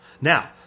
Now